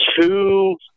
two